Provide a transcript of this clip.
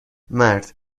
مرد